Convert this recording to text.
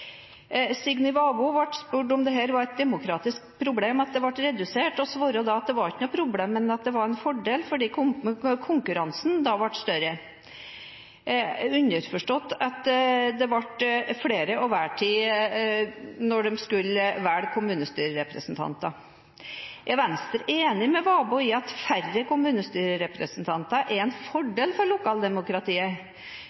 Signy Vabo ble spurt om det var et demokratisk problem at antallet ble redusert, og svarte da at det ikke var noe problem, men en fordel, fordi konkurransen da ble større, underforstått at det ble flere å velge blant når en skulle velge kommunestyrerepresentanter. Er Venstre enig med Vabo i at færre kommunestyrerepresentanter er en fordel for lokaldemokratiet,